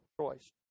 choice